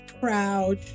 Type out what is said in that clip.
proud